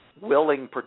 willing